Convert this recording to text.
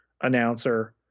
announcer